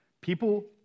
People